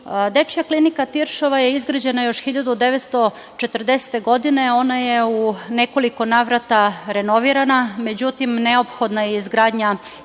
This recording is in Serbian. završi.Dečija klinika Tiršova je izgrađena još 1940. godine. Ona je u nekoliko navrata renovirana, međutim neophodna je izgradnja jedne